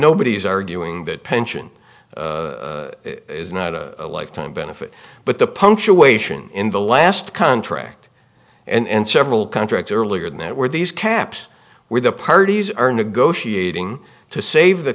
nobody's arguing that pension is not a lifetime benefit but the punctuation in the last contract and several contracts earlier that were these caps where the parties are negotiating to save the